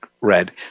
red